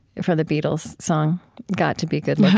from the beatles song got to be good looking,